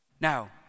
Now